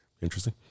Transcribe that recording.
Interesting